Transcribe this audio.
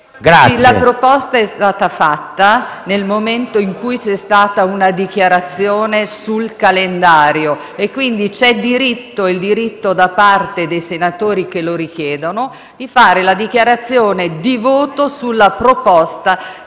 la proposta è stata formulata nel momento in cui è stata fatta una dichiarazione sul calendario: c'è quindi il diritto, da parte dei senatori che lo richiedano, di svolgere la dichiarazione di voto sulla proposta